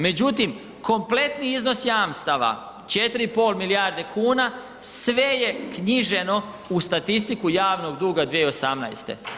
Međutim, kompletni iznos jamstava 4,5 milijarde kuna sve je knjiženo u statistiku javnog duga 2018.